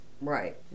right